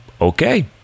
okay